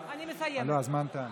אני מאמינה בלב שלם שאין מקום